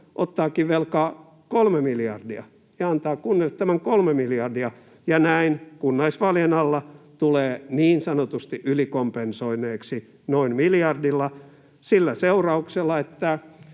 ottaakin velkaa 3 miljardia ja antaa kunnille tämän 3 miljardia ja näin kunnallisvaalien alla tulee niin sanotusti ylikompensoineeksi noin miljardilla sillä seurauksella,